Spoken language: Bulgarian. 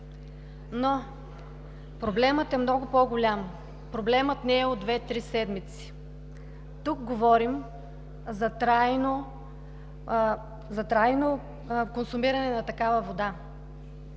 но проблемът е много по-голям. Проблемът не е от две-три седмици, тук говорим за трайно консумиране на такава вода